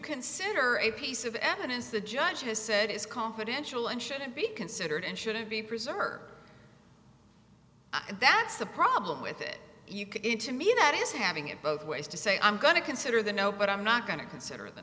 consider a piece of evidence the judge has said is confidential and shouldn't be considered and shouldn't be preserved that's the problem with it you can get to me that is having it both ways to say i'm going to consider the no but i'm not going to consider the